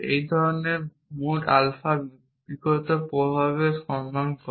এবং এই ধরণের আলফা ইঙ্গিত বিটা এর প্রভাবের সন্ধান করে